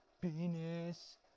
penis